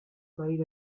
buried